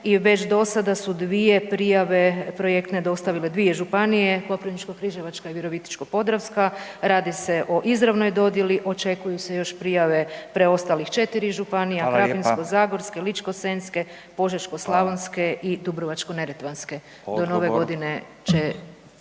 i već do sada su dvije prijave projektne dostavile dvije županije Koprivničko-križevačka i Virovitičko-podravska. Radi se o izravnoj dodjeli. Očekuju se još prijave preostalih 4 županija. … /Upadica Radin: Hvala lijepa./… Krapinsko-zagorske, Ličko-senjske, Požeško-slavonske i Dubrovačko-neretvanske. … /Upadica